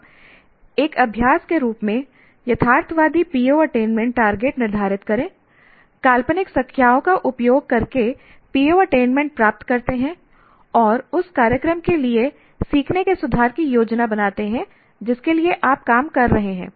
अब एक अभ्यास के रूप में यथार्थवादी PO अटेनमेंट टारगेट निर्धारित करें काल्पनिक संख्याओं का उपयोग करके PO अटेनमेंट प्राप्त करते हैं और उस कार्यक्रम के लिए सीखने के सुधार की योजना बनाते हैं जिसके लिए आप काम कर रहे हैं